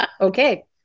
Okay